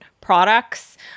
products